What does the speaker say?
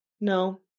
no